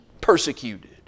persecuted